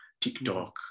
TikTok